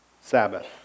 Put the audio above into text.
Sabbath